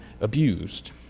abused